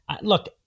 look